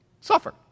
Suffer